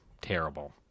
terrible